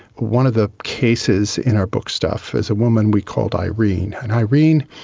one of the cases in our book stuff is a woman we called irene, and irene,